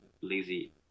lazy